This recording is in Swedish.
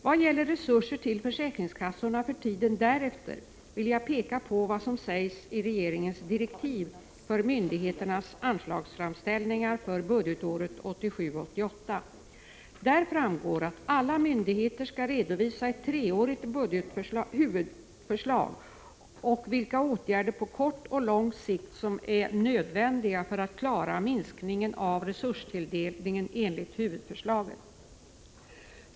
Vad gäller resurser till försäkringskassorna för tiden därefter vill jag peka på vad som sägs i regeringens direktiv för myndigheternas anslagsframställningar för budgetåret 1987/88. Där framgår att alla myndigheter skall redovisa ett treårigt huvudförslag och vilka åtgärder på kort och lång sikt som är nödvändiga för att klara minskningen av resurstilldelningen enligt huvudförslaget.